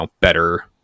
better